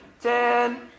ten